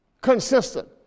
Consistent